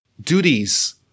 duties